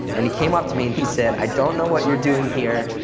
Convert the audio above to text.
and he came up to me and he said, i don't know what you're doing here,